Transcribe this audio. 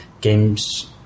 games